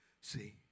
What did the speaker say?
see